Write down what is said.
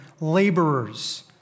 laborers